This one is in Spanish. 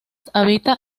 habita